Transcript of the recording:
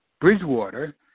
Bridgewater